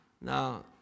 Now